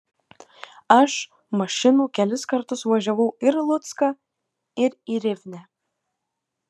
aš mašinų kelis kartus važiavau ir lucką ir į rivnę